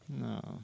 No